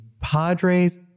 Padres